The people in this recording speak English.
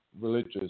religious